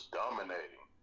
dominating